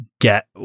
get